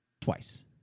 twice